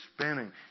spinning